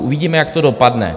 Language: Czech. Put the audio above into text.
Uvidíme, jak to dopadne.